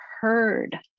heard